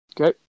Okay